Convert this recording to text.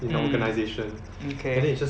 mm mm kay